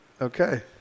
Okay